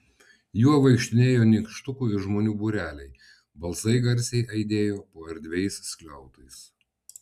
juo vaikštinėjo nykštukų ir žmonių būreliai balsai garsiai aidėjo po erdviais skliautais